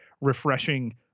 refreshing